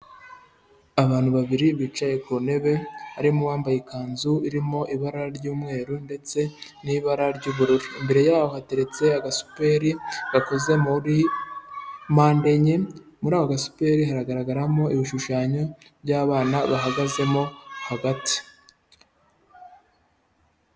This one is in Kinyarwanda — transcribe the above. Abantu babiri bicaye ku ntebe, harimo uwambaye ikanzu irimo ibara ry'umweru ndetse n'ibara ry'ubururu. Imbere yaho hateretse agasuperi gakoze muri mpande enye, muri ako gasuperi haragaragaramo ibishushanyo by'abana bahagazemo hagati.